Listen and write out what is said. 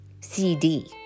CD